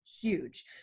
Huge